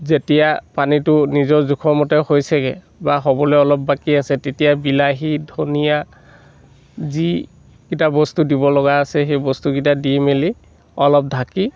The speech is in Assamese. যেতিয়া পানীটো নিজৰ জোখৰমতে হৈছেগৈ বা হ'বলৈ অলপ বাকী আছে তেতিয়া বিলাহী ধনীয়া যিকেইটা বস্তু দিব লগা আছে সেই বস্তুকেইটা দি মেলি অলপ ঢাকি